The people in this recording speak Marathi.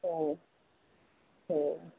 हो हो